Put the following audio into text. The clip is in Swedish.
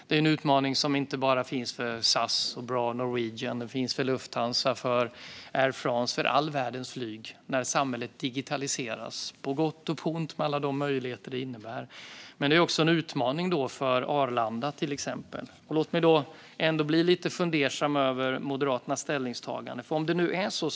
Det är en utmaning som inte bara SAS, BRA och Norwegian har, utan även Lufthansa och Air France - all världens flyg - får den utmaningen när samhället digitaliseras, på gott och ont och med alla de möjligheter det innebär. Det är också en utmaning för till exempel Arlanda. Låt mig därför ändå bli lite fundersam över Moderaternas ställningstagande.